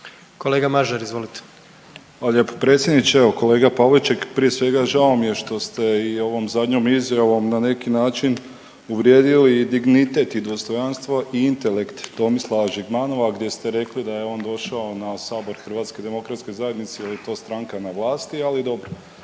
Nikola (HDZ)** Hvala lijepo predsjedniče. Evo kolega Pavliček prije svega žao mi je što ste i ovom zadnjom izjavom na neki način uvrijedili i dignitet i dostojanstvo i intelekt Tomislava Žigmanova gdje ste rekli da je on došao na Sabor Hrvatske demokratske zajednice jer je to stranka na vlasti. Ali dobro,